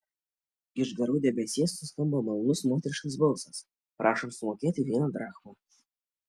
iš garų debesies suskambo malonus moteriškas balsas prašom sumokėti vieną drachmą